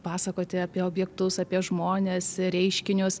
pasakoti apie objektus apie žmones reiškinius